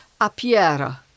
apiera